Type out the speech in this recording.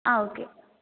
ആ ഓക്കേ